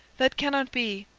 that cannot be.